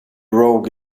rogue